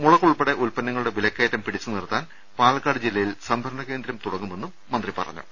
മുളക് ഉൾപ്പെടെ ഉത്പന്നങ്ങളുടെ വിലക്കയറ്റം പിടിച്ചു നിർത്താൻ പാലക്കാട് ജില്ലയിൽ സംഭരണ കേന്ദ്രം തുടങ്ങുമെന്നും മന്ത്രി പറഞ്ഞു